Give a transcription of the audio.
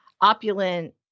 opulent